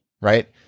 right